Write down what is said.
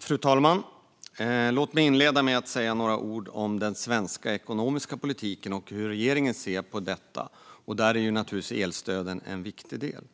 Fru talman! Låt mig inleda med att säga några ord om den svenska ekonomiska politiken och hur regeringen ser på denna. Här är givetvis elstöden en viktig del.